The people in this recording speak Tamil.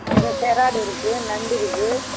அந்த செராடுருக்குது நண்டுருக்குது